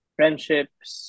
friendships